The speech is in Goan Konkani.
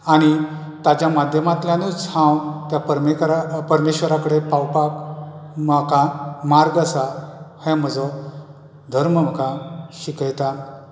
आनी ताज्या माध्यमांतल्यानच हांव त्या परमेका परमेश्वरा कडेन पावपाक म्हाका मार्ग आसा हें म्हजो धर्म म्हाका शिकयता